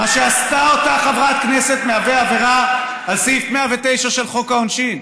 מה שעשתה אותה חברת כנסת מהווה עבירה על סעיף 109 של חוק העונשין.